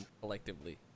collectively